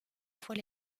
fois